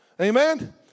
Amen